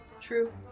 True